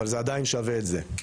אבל זה עדיין שווה את זה,